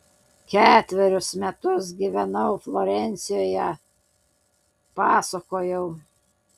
ketverius metus gyvenau florencijoje pasakojau